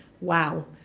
wow